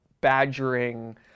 badgering